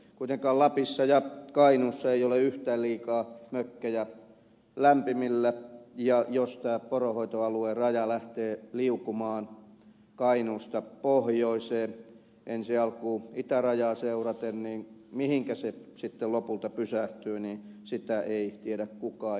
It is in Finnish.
kuitenkaan lapissa ja kainuussa ei ole yhtään liikaa mökkejä lämpimillä ja jos tämä poronhoitoalueen raja lähtee liukumaan kainuusta pohjoiseen ensialkuun itärajaa seuraten niin mihinkä se sitten lopulta pysähtyy sitä ei tiedä kukaan